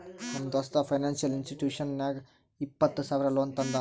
ನಮ್ ದೋಸ್ತ financial institution ನಾಗ್ ಇಪ್ಪತ್ತ ಸಾವಿರ ಲೋನ್ ತಂದಾನ್